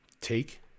Take